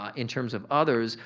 um in terms of others,